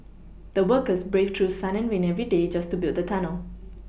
the workers braved through sun and rain every day just to build the tunnel